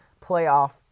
playoff